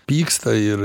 pyksta ir